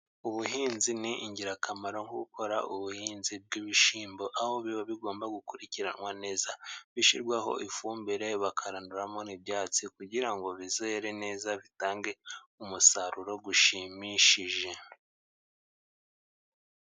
Ubuhinzi ni ingirakamaro, nko gukora ubuhinzi bw'ibishyimbo aho biba bigomba gukurikiranwa neza, bishyirwaho ifumbire bakaranduramo ibyatsi kugirango bizere neza, bitange umusaruro ushimishije.